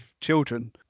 children